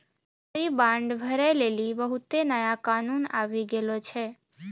सरकारी बांड भरै लेली बहुते नया कानून आबि गेलो छै